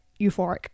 euphoric